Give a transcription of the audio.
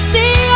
See